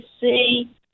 see